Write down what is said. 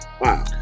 wow